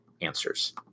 answers